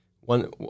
one